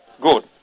Good